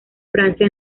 francia